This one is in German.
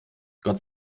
gott